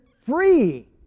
free